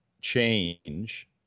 change